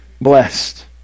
blessed